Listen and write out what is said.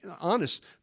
honest